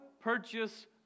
purchase